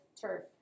Turf